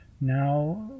now